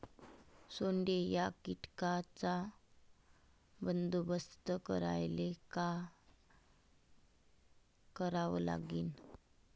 सोंडे या कीटकांचा बंदोबस्त करायले का करावं लागीन?